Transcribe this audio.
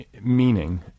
Meaning